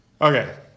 Okay